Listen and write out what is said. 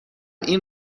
این